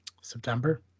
September